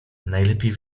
najlepiej